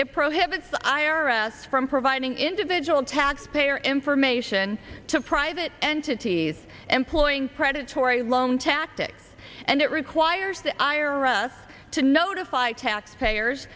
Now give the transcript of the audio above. it prohibits the i r s from providing individual taxpayer information to private entities employing predatory loan tactics and it requires the i r s to notify taxpayers